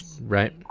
right